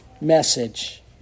message